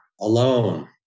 alone